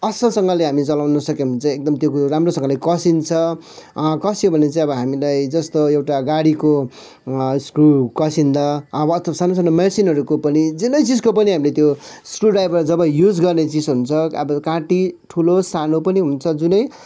असलसँगले हामीले चलाउनु सक्यौँ भने चाहिँ एकदम त्यो कुरो राम्रोसँगले कसिन्छ कस्यो भने चाहिँ अब हामीलाई जस्तो एउटा गाडीको स्क्रु कसिँदा अब त्यो सानो सानो मेसिनहरूको पनि जुनै चिजको पनि हामीले त्यो स्क्रुड्राइभर जब युज गर्ने चिज हुन्छ अब काँटी ठुलो सानो पनि हुन्छ जुनै